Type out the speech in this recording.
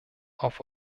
auf